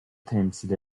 temsil